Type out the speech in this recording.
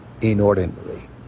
inordinately